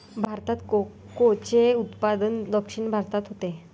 भारतात कोकोचे उत्पादन दक्षिण भारतात होते